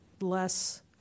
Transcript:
less